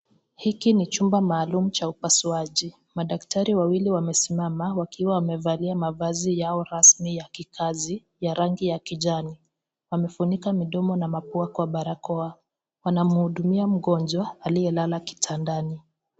Hiki ni chumba maalum cha upasuaji madktari wawili wamesimama wakiwa wamevalia mavazi yao rasmi ya kikazi ya rangi ya kijani wamefunika midomo na mapua kwa barakoa wanamuhudumia mgonjwa aliyelala kitandani.